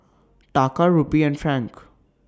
Taka Rupee and Franc